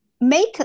make